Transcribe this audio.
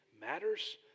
matters